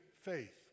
faith